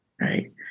Right